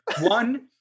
One